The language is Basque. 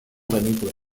genituen